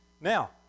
Now